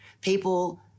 people